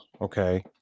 okay